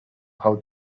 how